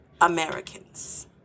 Americans